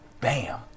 Bam